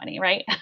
right